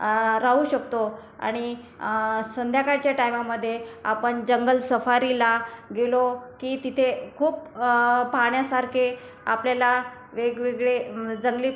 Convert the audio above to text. राहू शकतो आणि संध्याकाळच्या टाईमामध्ये आपण जंगल सफारीला गेलो की तिथे खूप पाहण्यासारखे आपल्याला वेगवेगळे जंगली